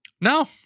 no